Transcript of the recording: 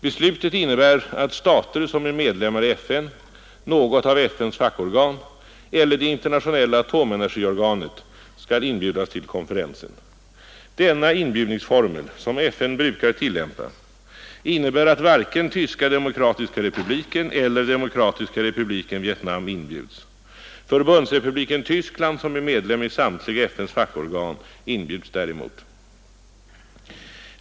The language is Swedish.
Beslutet innebär att stater som är medlemmar i FN, något av FN:s fackorgan eller det internationella atomenergiorganet skall inbjudas till konferensen. Denna inbjudningsformel, som FN brukar tillämpa, innebär att varken Tyska demokratiska republiken eller Demokratiska republiken Vietnam inbjuds. Förbundsrepubliken Tyskland, som är medlem i samtliga FN:s fackorgan, inbjuds däremot.